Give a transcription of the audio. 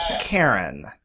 Karen